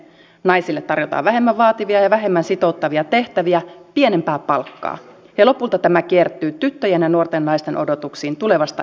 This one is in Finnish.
naisille tarjotaan vähemmän vaativia ja vähemmän sitouttavia tehtäviä pienempää palkkaa ja lopulta tämä kiertyy tyttöjen ja nuorten naisten odotuksiin tulevasta elämänurasta